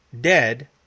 dead